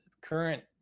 current